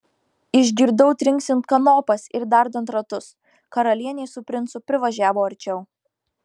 išgirdau trinksint kanopas ir dardant ratus karalienė su princu privažiavo arčiau